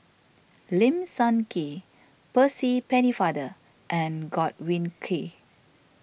Lim Sun Gee Percy Pennefather and Godwin Koay